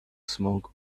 smoke